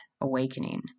Awakening